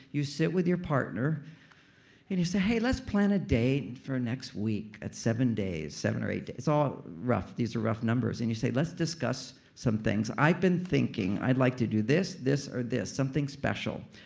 you sit with your partner and you say hey, let's plan a date for next week at seven days. at seven or eight days. it's all rough. these are rough numbers. and you say, let's discuss some things. i've been thinking, i'd like to do this, this or this. something special.